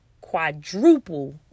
quadruple